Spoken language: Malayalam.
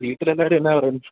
വീട്ടിൽ എല്ലാവരും എന്നാ പറയുന്നു